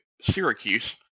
Syracuse